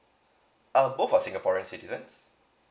uh both are singaporeans citizens